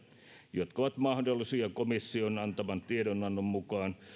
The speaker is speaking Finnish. jotka ovat mahdollisia komission antaman tiedonannon mukaan